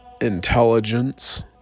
intelligence